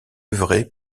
œuvrer